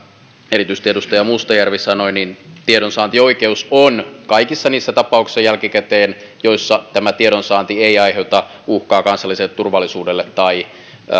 erityisesti edustaja mustajärvi sanoi tiedonsaantioikeus on kaikissa niissä tapauksissa jälkikäteen joissa tämä tiedonsaanti ei aiheuta uhkaa kansalliselle turvallisuudelle tai